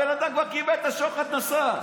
הבן אדם כבר קיבל את השוחד, נסע.